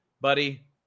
Buddy